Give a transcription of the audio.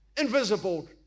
invisible